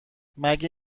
مگه